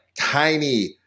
tiny